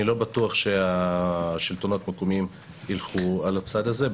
אני לא בטוח שהשלטונות המקומיים יילכו על הצד הזה.